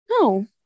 No